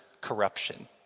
corruption